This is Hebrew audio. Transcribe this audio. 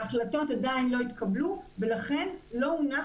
ההחלטות עדין לא התקבלו ולכן לא הונחה